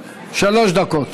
שלוש דקות.